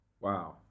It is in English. Wow